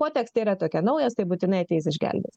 potekstė yra tokia naujas tai būtinai ateis išgelbės